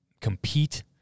compete